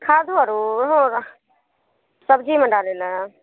खादो आरो ओहो सबजीमे डालय लए